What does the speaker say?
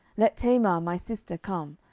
let tamar my sister come,